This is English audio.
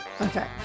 Okay